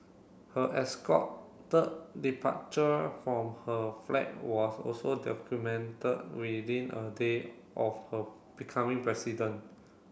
her escorted departure from her flat was also documented within a day of her becoming president